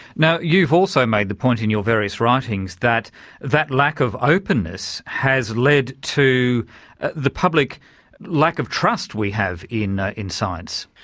now you've also made the point in your various writings that that lack of openness has led to the public lack of trust we have in ah in science.